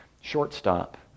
shortstop